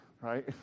right